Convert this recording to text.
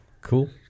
Cool